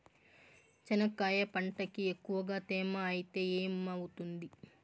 చెనక్కాయ పంటకి ఎక్కువగా తేమ ఐతే ఏమవుతుంది?